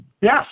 Yes